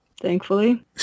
Thankfully